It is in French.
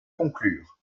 conclure